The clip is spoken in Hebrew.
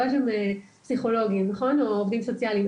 לא היו שם פסיכולוגים או עובדים סוציאליים,